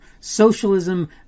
socialism